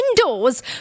indoors